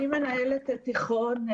אני מנהלת תיכון,